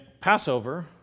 Passover